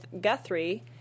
Guthrie